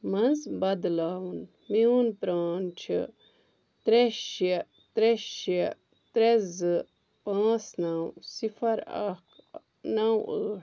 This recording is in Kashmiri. منٛز بدلاوُن میٛون پرٛان چھُ ترٛےٚ شےٚ ترٛےٚ شےٚ ترٛےٚ زٕ پانٛژھ نَو صِفر اکھ نَو ٲٹھ